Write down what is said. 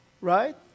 Right